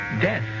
death